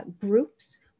groups